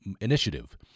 initiative